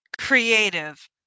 creative